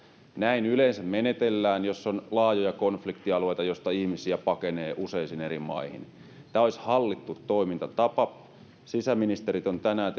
näin yleensä menetellään jos on laajoja konfliktialueita joista ihmisiä pakenee useisiin eri maihin tämä olisi hallittu toimintatapa sisäministerit ovat tänään